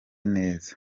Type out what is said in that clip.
neza